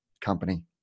company